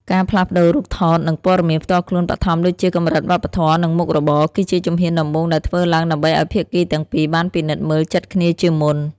ការផ្លាស់ប្តូររូបថត និងព័ត៌មានផ្ទាល់ខ្លួនបឋមដូចជាកម្រិតវប្បធម៌ និងមុខរបរ គឺជាជំហានដំបូងដែលធ្វើឡើងដើម្បីឱ្យភាគីទាំងពីរបានពិនិត្យមើលចិត្តគ្នាជាមុន។